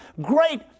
great